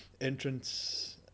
entrance